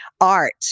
art